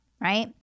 right